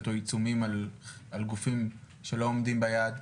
או עיצומים על גופים שלא עומדים ביעד?